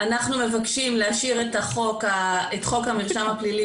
אנחנו מבקשים להשאיר את חוק המרשם הפלילי